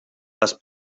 les